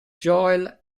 joel